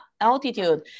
altitude